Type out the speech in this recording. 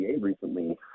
recently